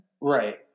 Right